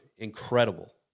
Incredible